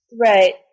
Right